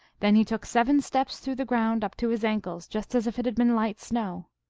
then he took seven steps through the ground up to his ankles, just as if it had been light snow.